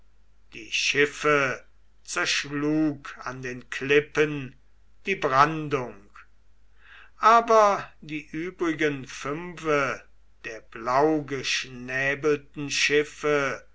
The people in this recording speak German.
die schiffe zerschlug an den klippen die brandung aber die übrigen fünfe der blaugeschnäbelten schiffe